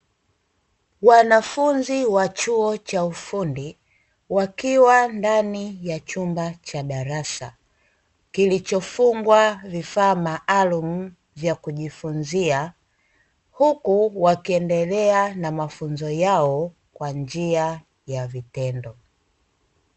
Wanafunzi wa chuo cha ufundi wakiwa ndani ya chumba cha darasa kilicho fungwa vifaa maalumu vya kujifunzia, huku wakiendelea na mafunzo yao kwa njia ya vitendo.